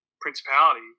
principality